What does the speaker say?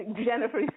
Jennifer